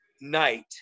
night